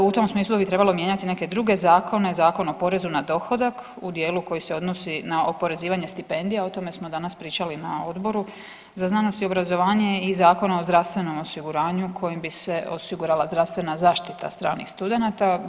U tom smislu bi trebalo mijenjati neke druge zakone, Zakon o porezu na dohodak u dijelu koji se odnosi na oporezivanje stipendija o tome smo danas pričali na Odboru za znanost i obrazovanje i Zakona o zdravstvenom osiguranju kojim bi se osigurala zdravstvena zaštita stranih studenata.